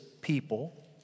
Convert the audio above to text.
people